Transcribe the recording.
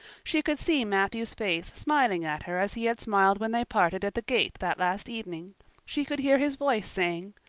she could see matthew's face smiling at her as he had smiled when they parted at the gate that last evening she could hear his voice saying,